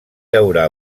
haurà